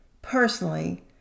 personally